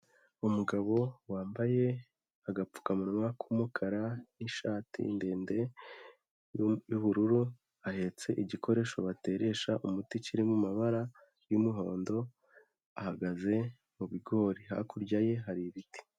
Umugabo wambaye agapfukamunwa k'umukara n'ishati ndende y'ubururu, ahetse igikoresho bateresha umuti kiri mu mabara y'umuhondo, ahagaze mu bigori hakurya ye hari ibiti.